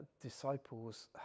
disciples